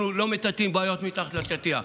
אנחנו לא מטאטאים בעיות מתחת לשטיח,